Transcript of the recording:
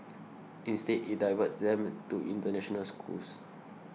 instead it diverts them to international schools